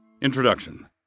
Introduction